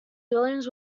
williams